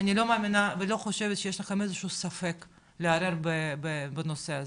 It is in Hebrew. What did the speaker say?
אני לא מאמינה ולא חושבת שיש לכם איזה שהוא ספק לערער בנושא הזה,